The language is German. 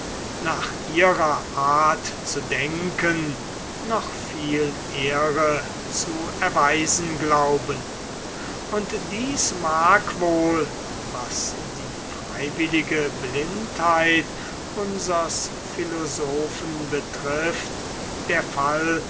nach ihrer art zu denken noch viel ehre zu erweisen glauben und dies mag wohl was die freiwillige blindheit unsers philosophen betrifft der fall